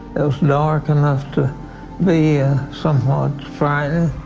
it was dark enough to be somewhat frightening.